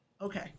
Okay